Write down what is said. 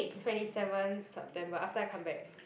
twenty seventh September after I come back